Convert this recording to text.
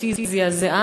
אותי היא זעזעה,